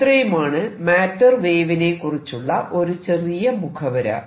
ഇത്രയുമാണ് മാറ്റർ വേവിനെക്കുറിച്ചുള്ള ഒരു ചെറിയ മുഖവുര